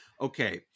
Okay